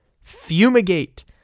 Fumigate